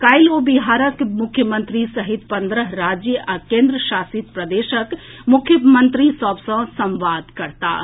काल्हि ओ बिहारक मुख्यमंत्री सहित पन्द्रह राज्य आ केंद्रशासित प्रदेशक मुख्यमंत्री सभ सॅ संवाद करताह